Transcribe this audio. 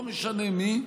לא משנה מי,